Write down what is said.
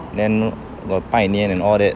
then the 拜年 and all that